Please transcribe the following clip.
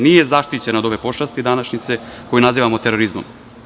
Nije zaštićena od ove pošasti današnjice koji nazivamo terorizmom.